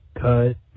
cut